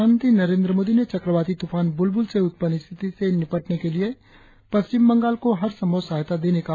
प्रधानमंत्री नरेंद्र मोदी ने चक्रवाती तुफान ब्रुलबुल से उत्पन्न स्थिति से निपटाने के लिए पश्चिम बंगाल को हर संभव सहायता देने का आश्वासन दिया है